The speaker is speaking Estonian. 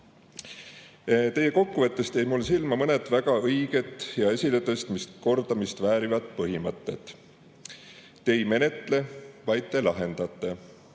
kokkuvõttest jäid mulle silma mõned väga õiged ning esiletõstmist ja kordamist väärivad põhimõtted. Te ei menetle, vaid te lahendate.